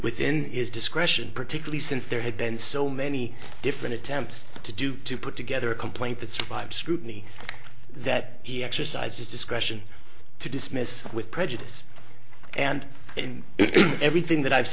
within his discretion particularly since there had been so many different attempts to do to put together a complaint that survives scrutiny that he exercised his discretion to dismiss with prejudice and in everything that i've